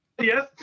Yes